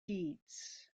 deeds